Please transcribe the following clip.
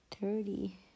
thirty